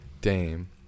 Dame